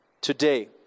today